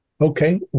Okay